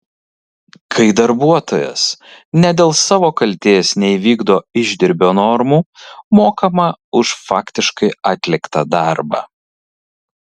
kai darbuotojas ne dėl savo kaltės neįvykdo išdirbio normų mokama už faktiškai atliktą darbą